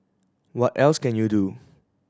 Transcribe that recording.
what else can you do